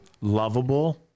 lovable